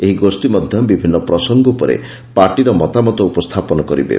ଏହି ଗୋଷ୍ଠୀ ମଧ୍ୟ ବିଭିନ୍ନ ପ୍ରସଙ୍ଗ ଉପରେ ପାର୍ଟିର ମତାମତ ଉପସ୍ଥାପନ କରିବେ